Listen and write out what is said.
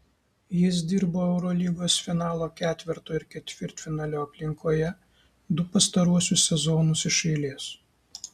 jis dirbo eurolygos finalo ketverto ir ketvirtfinalio aplinkoje du pastaruosius sezonus iš eilės